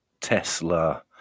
Tesla